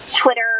Twitter